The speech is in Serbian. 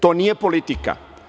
To nije politika.